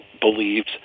believes